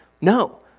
No